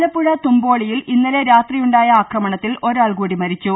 ആലപ്പുഴ തുമ്പോളിയിൽ ഇന്നലെ രാത്രിയുണ്ടായ ആക്രമണ ത്തിൽ ഒരാൾ കൂടി മരിച്ചു